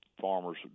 farmers